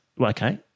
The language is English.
okay